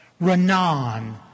Renan